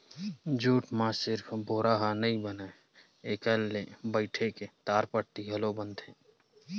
jute म सिरिफ बोरा ह नइ बनय एखर ले बइटे के टाटपट्टी घलोक बनथे